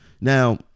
Now